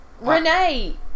Renee